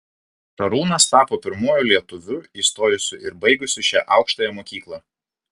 šarūnas tapo pirmuoju lietuviu įstojusiu ir baigusiu šią aukštąją mokyklą